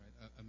right